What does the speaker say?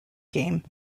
game